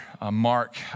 mark